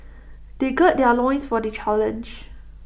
they gird their loins for the challenge